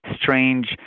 strange